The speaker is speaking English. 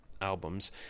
albums